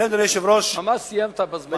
ממש סיימת בזמן.